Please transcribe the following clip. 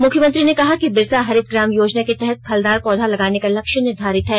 मुख्यमंत्री ने कहा कि बिरसा हरित ग्राम योजना के तहत फलदार पौधा लगाने का लक्ष्य निर्धारित है